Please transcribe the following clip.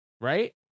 Right